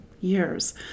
years